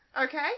Okay